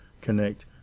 connect